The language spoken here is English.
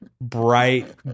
bright